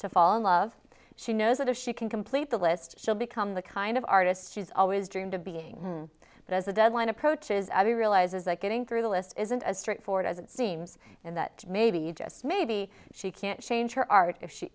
to fall in love she knows that if she can complete the list she'll become the kind of artist she's always dreamed of being but as the deadline approaches i realize is that getting through the list isn't as straightforward as it seems and that maybe just maybe she can't change her art if she